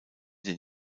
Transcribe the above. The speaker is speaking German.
den